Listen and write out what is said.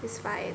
is fine